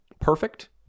perfect